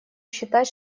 считать